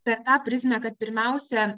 per tą prizmę kad pirmiausia